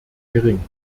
gering